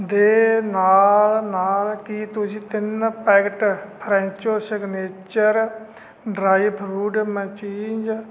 ਦੇ ਨਾਲ ਨਾਲ ਕੀ ਤੁਸੀਂ ਤਿੰਨ ਪੈਕੇਟ ਫਰੈਂਚੋ ਸਿਗਨੇਚਰ ਡ੍ਰਾਈ ਫਰੂਟ ਮਚੀਂਜ